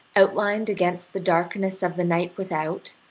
outlined against the darkness of the night without,